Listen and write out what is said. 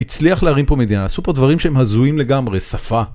הצליח להרים פה מדינה, עשו פה דברים שהם הזויים לגמרי, שפה.